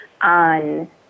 on